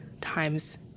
times